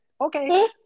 Okay